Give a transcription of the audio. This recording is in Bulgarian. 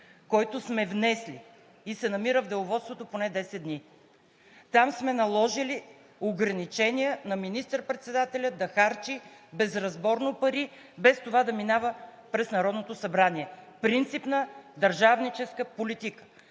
който сме внесли, и се намира в Деловодството поне от 10 дни. Там сме наложили ограничения на министър-председателя да харчи безразборно пари, без това да минава през Народното събрание – принципна, държавническа политика!